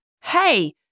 Hey